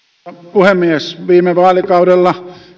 puhemies viime vaalikaudella